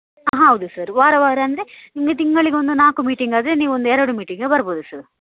ಹಾಂ ಹೌದು ಸರ್ ವಾರ ವಾರ ಅಂದರೆ ನಿಮಗೆ ತಿಂಗಳಿಗೊಂದು ನಾಲ್ಕು ಮೀಟಿಂಗ್ ಆದರೆ ನೀವೊಂದು ಎರಡು ಮೀಟಿಂಗ್ಗೆ ಬರ್ಬೌದು ಸರ್